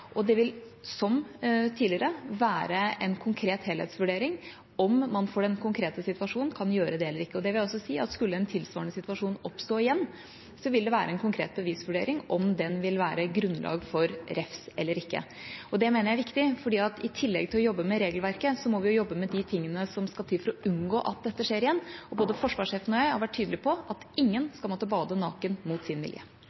Det vil, som tidligere, være en konkret helhetsvurdering hvorvidt man i den konkrete situasjonen kan gjøre det eller ikke. Det vil altså si at skulle en tilsvarende situasjon oppstå igjen, vil det være en konkret bevisvurdering om den vil være grunnlag for refs eller ikke. Det mener jeg er viktig, for i tillegg til å jobbe med regelverket må vi jobbe med de tingene som skal til for å unngå at dette skjer igjen, og både forsvarssjefen og jeg har vært tydelig på at ingen skal måtte bade naken mot sin vilje.